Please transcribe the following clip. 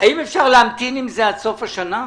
האם אפשר להמתין עם זה עד סוף השנה?